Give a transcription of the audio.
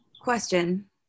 Question